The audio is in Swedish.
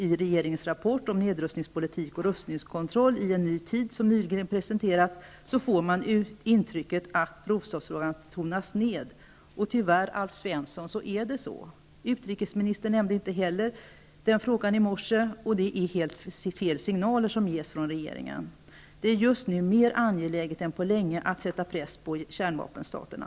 I regeringens rapport om ''Nedrustningspolitik och rustningskontroll i en ny tid'', som nyligen presenterades, får man intrycket att provstoppsfrågan tonas ned. Tyvärr, Alf Svensson, är det så. Utrikesministern nämnde inte heller den frågan i morse. Det är helt fel signaler som ges från regeringen. Det är just nu mer angeläget än på länge att sätta press på kärnvapenstaterna.